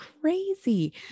Crazy